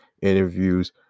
interviews